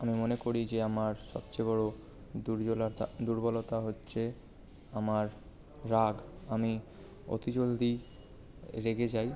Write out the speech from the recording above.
আমি মনে করি যে আমার সবচেয়ে বড় দুর্বলতা হচ্ছে আমার রাগ আমি অতি জলদি রেগে যাই